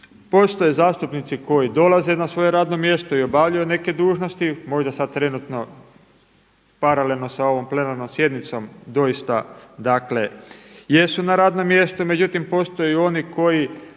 postoje zastupnici koji dolaze na svoje radno mjesto i obavljaju neke dužnosti, možda sada trenutno paralelno sa ovom plenarnom sjednicom doista jesu na radnom mjestu, međutim postoje i oni koji